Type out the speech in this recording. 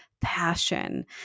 passion